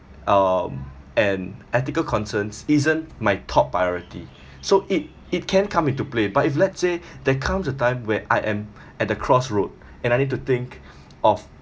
um and ethical concerns isn't my top priority so it it can come into play but if let's say there comes a time where I am at the crossroad and I need to think of